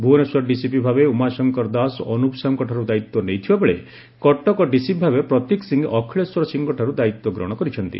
Bhubaneswar DCP ଭାବେ ଉମାଶଙ୍କର ଦାସ ଅନୁପ୍ ସାହୁଙ୍କଠାରୁ ଦାୟିତ୍ୱ ନେଇଥିବା ବେଳେ କଟକ ଡିସିପି ଭାବେ ପ୍ରତୀକ ସିଂହ ଅଖିଳେଶ୍ୱର ସିଂହଙ୍କ ଠାରୁ ଦାୟିତ୍ୱ ଗ୍ରହଣ କରିଛନ୍ତି